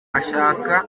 ashaka